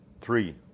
three